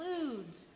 includes